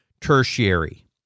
tertiary